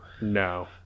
No